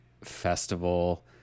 festival